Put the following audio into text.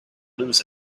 lose